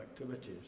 activities